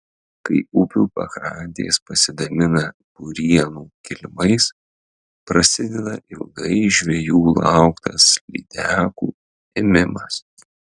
kai upių pakrantės pasidabina purienų kilimais prasideda ilgai žvejų lauktas lydekų ėmimas